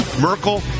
Merkel